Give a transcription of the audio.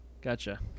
Gotcha